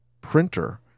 printer